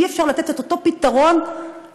ועל שאי-אפשר לתת את אותו פתרון למנקה,